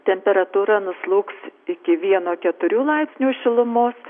temperatūra nuslūgs iki vieno keturių laipsnių šilumos